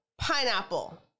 pineapple